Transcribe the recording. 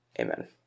Amen